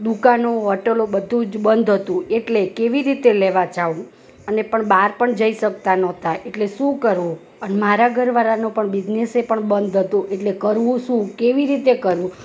દુકાનો હોટલો બધુ જ બંધ હતું એટલે કેવી રીતે લેવા જવું અને પણ બહાર પણ જઈ શકતા ન હતા એટલે શું કરવું અન મારા ઘરવાળાનો પણ બિઝનેસે પણ બંધ હતો એટલે કરવું શું કેવી રીતે કરવું